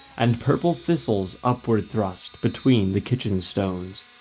and purple thistles upward thrust, between the kitchen stones.